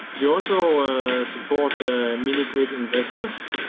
we also support mini-grid investors.